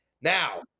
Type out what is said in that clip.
Now